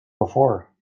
before